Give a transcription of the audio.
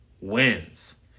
wins